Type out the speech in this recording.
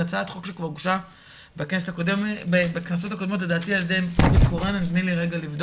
זו הצעה שכבר הוגשה בכנסות הקודמות על-ידי נורית קורן נדמה לי.